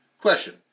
Question